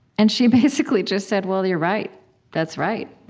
and she basically just said, well, you're right that's right.